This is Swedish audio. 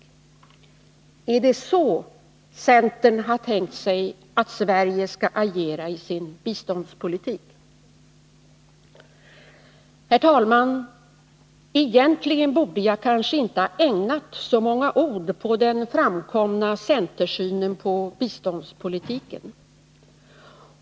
Är det så centern har tänkt sig att Sverige skall agera i sin biståndspolitik? Herr talman! Egentligen borde jag kanske inte ha ägnat så många ord åt den framkomna centersynen på biståndspolitiken.